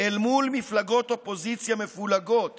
אל מול מפלגות אופוזיציה מפולגות